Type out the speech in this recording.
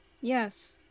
Yes